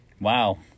Wow